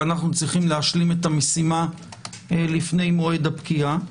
ועלינו להשלים את המשימה לפני מועד הפקיעה.